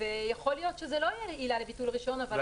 ויכול להיות שזאת לא תהיה עילה לביטול רישיון,